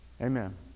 Amen